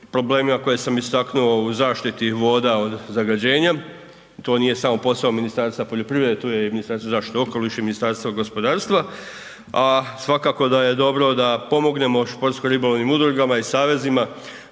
problemima koje sam istaknuo u zaštiti voda od zagađenja, to nije samo posao Ministarstva poljoprivrede, tu je i Ministarstvo zaštite okoliša i Ministarstvo gospodarstva, a svakako da je dobro da pomognemo športsko ribolovnim udrugama i savezima